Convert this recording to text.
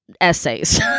essays